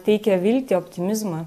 teikia viltį optimizmą